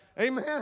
Amen